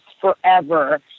forever